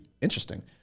interesting